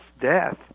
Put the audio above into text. death